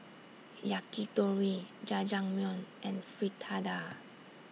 Yakitori Jajangmyeon and Fritada